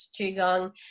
qigong